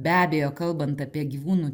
be abejo kalbant apie gyvūnų